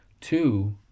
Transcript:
Two